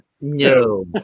No